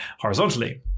horizontally